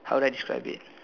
how do I describe it